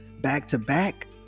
back-to-back